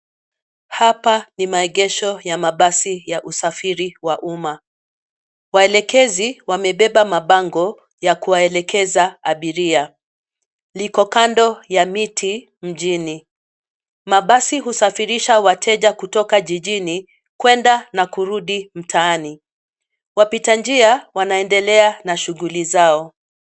Hapa ni maegesho ya mabasi ya usafiri wa uma. Waelekezi wamebeba mabango ya kuwaelekeza abiria. Liko kando ya miti mjini. Mabasi husafirisha wateja kutoka jijini kwenda na kurudi mtaani. Wapita njia wanaendelea na shughuli zao.